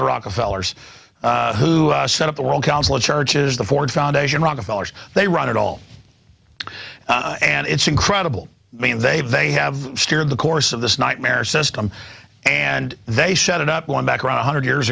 the rockefeller's who set up the world council of churches the ford foundation rockefeller's they run it all and it's incredible i mean they've they have steered the course of this nightmare system and they set it up one back around one hundred years